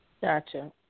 Gotcha